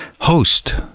host